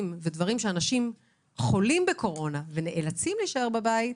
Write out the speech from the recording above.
ודברים שאנשים חולים בקורונה ונאלצים להישאר בבית,